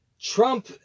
Trump